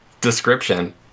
description